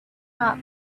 not